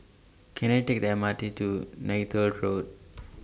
Can I Take The M R T to Neythal Road